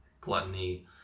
gluttony